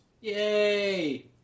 Yay